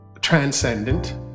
transcendent